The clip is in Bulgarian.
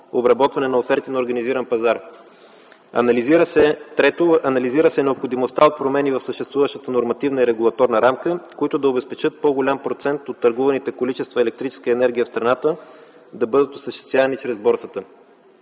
обработване на оферти на организиран пазар. Трето, анализира се необходимостта от промени в съществуващата нормативна и регулаторна рамка, които да обезпечат по-голям процент от търгуваните количества електрическа енергия в страната да бъдат осъществявани чрез борсата.